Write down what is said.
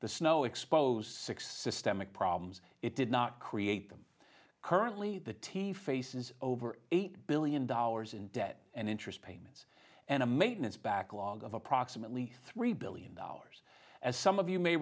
the snow expose six systemic problems it did not create them currently the team faces over eight billion dollars in debt and interest payments and a maintenance backlog of approximately three billion dollars as some of you may